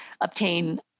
obtain